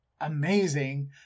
amazing